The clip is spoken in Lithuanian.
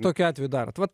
tokiu atveju darot vat